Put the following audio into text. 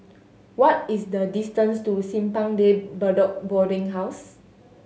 what is the distance to Simpang De Bedok Boarding House